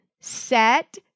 Set